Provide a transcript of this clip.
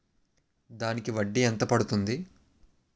దానికి వడ్డీ ఎంత పడుతుంది?